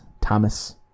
Thomas